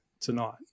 tonight